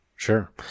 Sure